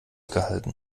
gehalten